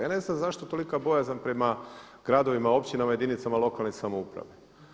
Ja ne znam zašto tolika bojazan prema gradovima, općinama i jedinicama lokalne samouprave.